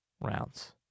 rounds